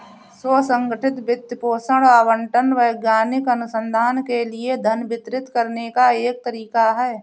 स्व संगठित वित्त पोषण आवंटन वैज्ञानिक अनुसंधान के लिए धन वितरित करने का एक तरीका हैं